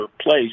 place